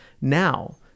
now